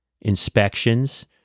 inspections